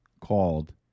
called